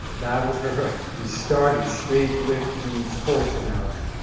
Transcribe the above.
that was her hook. we started straight with the sports analogy.